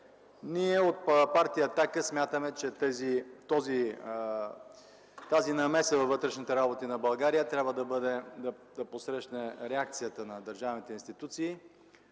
Ние от Партия „Атака” смятаме, че тази намеса във вътрешните работи на България трябва да срещне реакцията на държавните институции.